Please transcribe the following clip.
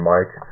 Mike